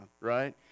right